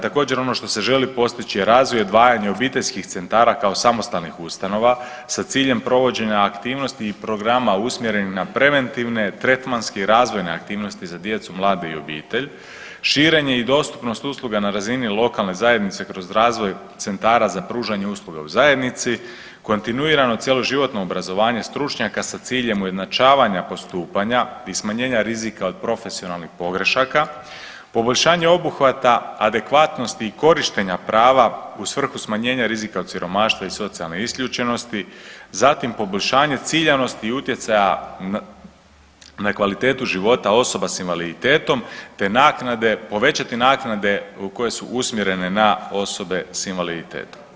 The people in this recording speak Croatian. Također, ono što se želi postići je razvoj i odvajanje obiteljskih centara kao samostalnih ustanova sa ciljem provođenja aktivnosti i programa usmjerenih na preventivne, tretmanske i razvojne aktivnosti za djecu, mlade i obitelj, širenje i dostupnost usluga na razini lokalne zajednice kroz razvoj centara za pružanje usluga u zajednici, kontinuirano cjeloživotno obrazovanje stručnjaka sa ciljem ujednačavanja postupanja i smanjenja rizika od profesionalnih pogrešaka, poboljšanje obuhvata adekvatnosti korištenja prava u svrhu smanjenja rizika od siromaštva i socijalne isključenosti, zatim poboljšanje ciljanosti i utjecaja na kvalitetu života osoba s invaliditetom te povećati naknade koje su usmjerene na osobe s invaliditetom.